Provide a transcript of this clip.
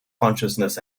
consciousness